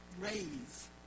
raise